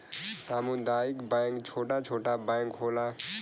सामुदायिक बैंक छोटा छोटा बैंक होला